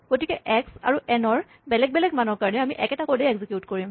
গতিকে এক্স আৰু এনৰ বেলেগ বেলেগ মানৰ কাৰণে আমি একেটা কডেই এক্সিকিউট কৰিম